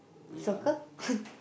soccer